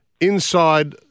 inside